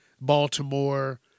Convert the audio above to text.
baltimore